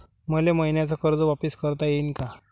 मले मईन्याचं कर्ज वापिस करता येईन का?